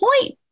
point